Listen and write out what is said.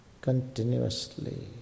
continuously